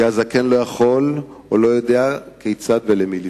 כי הזקן לא יכול או לא יודע כיצד ולמי לפנות.